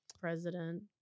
President